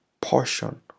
portion